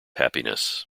happiness